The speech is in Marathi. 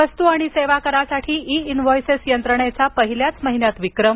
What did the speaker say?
वस्तू आणि सेवा करासाठी ई इनवॉयसेस यंत्रणेचा पहिल्याच महिन्यात विक्रम